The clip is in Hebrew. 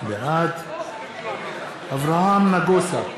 בעד אברהם נגוסה,